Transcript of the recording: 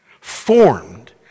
formed